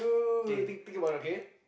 K think think about the K